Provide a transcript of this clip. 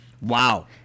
Wow